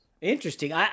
Interesting